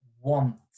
want